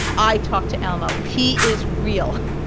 i talk to elmo. he is real